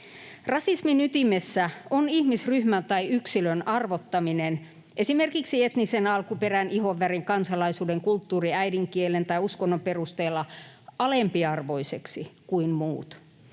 Rasismin ytimessä on ihmisryhmän tai yksilön arvottaminen esimerkiksi etnisen alkuperän, ihonvärin, kansalaisuuden, kulttuurin, äidinkielen tai uskonnon perusteella alempiarvoiseksi kuin muut.